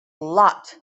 lot